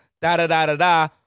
da-da-da-da-da